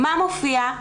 מה מופיע?